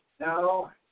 Now